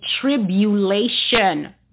tribulation